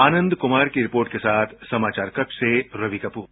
आनन्द कुमार की रिपोर्ट के साथ समाचार कक्ष से रवि कपूर